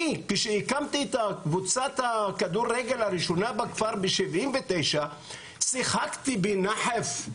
כשהקמתי את קבוצת הכדורגל הראשונה בכפר ב-1979 שיחקתי בנחף.